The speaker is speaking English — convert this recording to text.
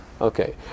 Okay